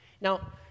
Now